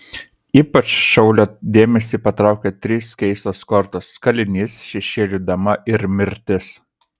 ypač šaulio dėmesį patraukia trys keistos kortos kalinys šešėlių dama ir mirtis